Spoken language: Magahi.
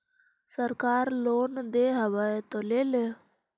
सरकार लोन दे हबै तो ले हो?